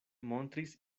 montris